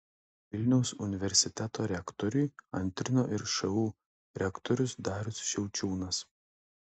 vilniaus universiteto rektoriui antrino ir šu rektorius darius šiaučiūnas